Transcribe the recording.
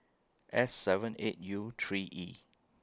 S seven eight U three E